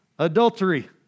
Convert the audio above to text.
Adultery